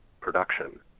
production